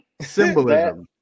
symbolism